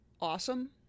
awesome